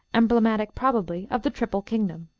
emblematical probably of the triple kingdom.